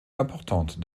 importante